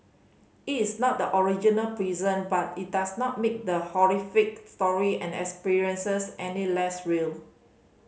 it is not the original prison but it does not make the horrific story and experiences any less real